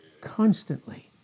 constantly